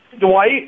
Dwight